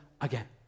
again